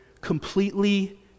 completely